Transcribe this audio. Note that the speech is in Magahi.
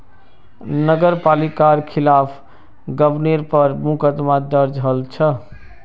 नगर पालिकार खिलाफ गबनेर पर मुकदमा दर्ज हल छ